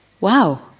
Wow